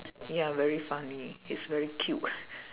ya very funny he's very cute